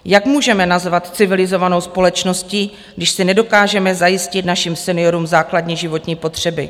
Jak se můžeme nazvat civilizovanou společností, když nedokážeme zajistit svým seniorům základní životní potřeby?